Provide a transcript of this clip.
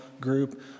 group